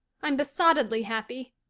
i'm besottedly happy.